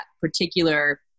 particular